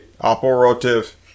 operative